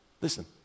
Listen